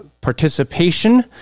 participation